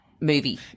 movie